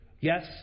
Yes